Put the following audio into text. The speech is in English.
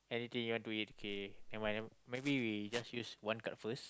anything you want to eat okay never mind then maybe we use one card first